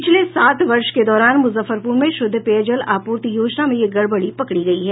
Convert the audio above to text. पिछले सात वर्ष के दौरान मुजफ्फरपुर में शुद्ध पेयजल आपूर्ति योजना में यह गड़बड़ी पकड़ी गयी है